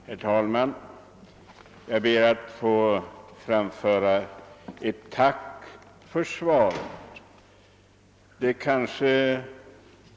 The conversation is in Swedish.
Herr talman! Jag ber att få framföra mitt tack för detta svar.